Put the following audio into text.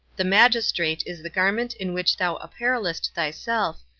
the magistrate is the garment in which thou apparelest thyself,